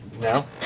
No